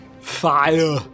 fire